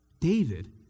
David